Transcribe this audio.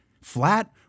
flat